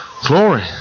Glory